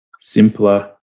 simpler